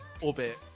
orbit